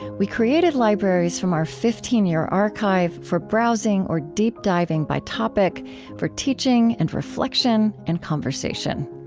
we created libraries from our fifteen year archive for browsing or deep diving by topic for teaching and reflection and conversation.